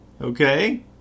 Okay